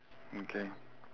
okay